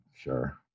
Sure